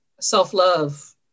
self-love